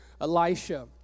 Elisha